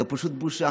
זו פשוט בושה.